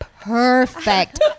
perfect